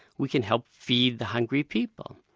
we can help feed the hungry people.